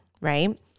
right